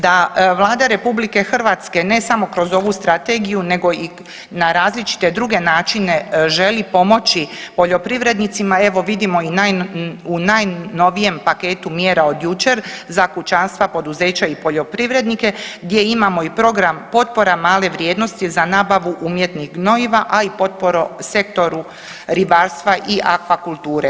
Da Vlada RH ne samo kroz ovu strategiju, nego i na različite druge načine želi pomoći poljoprivrednicima evo vidimo i u najnovijem paketu mjera od jučer za kućanstva, poduzeća i poljoprivrednike gdje imamo i program potpora male vrijednosti za nabavu umjetnih gnojiva, a i potporu Sektoru ribarstva i aquakulture.